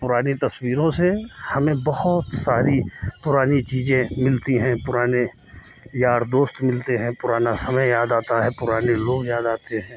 पुरानी तस्वीरों से हमें बहुत सारी पुरानी चीज़ें मिलती हैं पुराने यार दोस्त मिलते हैं पुराना समय याद आता है पुराने लोग याद आते हैं